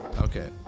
okay